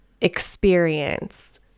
experience